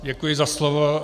Děkuji za slovo.